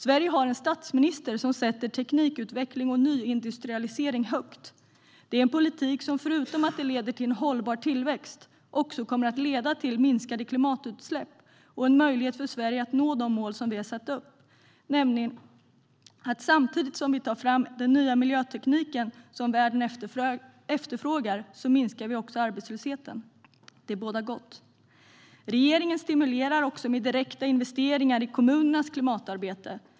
Sverige har en statsminister som sätter teknikutveckling och nyindustrialisering högt. Det är en politik som förutom att den leder till hållbar tillväxt kommer att leda till minskade klimatutsläpp och en möjlighet för Sverige att nå de mål som har satts upp. Samtidigt som vi tar fram den nya miljötekniken som världen efterfrågar minskar vi arbetslösheten. Det bådar gott. Regeringen stimulerar också med hjälp av direkta investeringar i kommunernas klimatarbete.